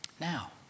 Now